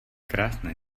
krásné